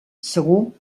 segur